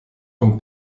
von